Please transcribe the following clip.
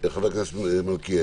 חבר הכנסת מלכיאלי.